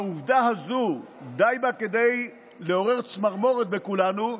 העובדה הזו, די בה כדי לעורר צמרמורת בכולנו.